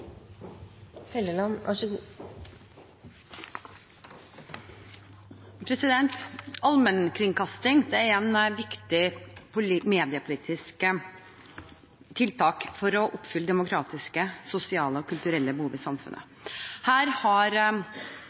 Allmennkringkasting er et viktig mediepolitisk tiltak for å oppfylle demokratiske, sosiale og kulturelle behov i samfunnet. Her har NRK en helt sentral plass, men det er viktig for regjeringen at vi har